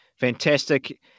fantastic